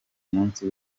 munsi